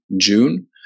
June